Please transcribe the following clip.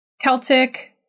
Celtic